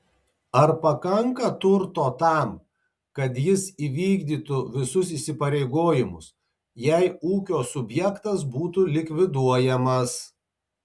ar pakanka turto tam kad jis įvykdytų visus įsipareigojimus jei ūkio subjektas būtų likviduojamas